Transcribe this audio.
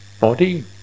body